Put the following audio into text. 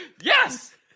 Yes